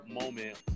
moment